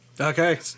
Okay